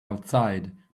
outside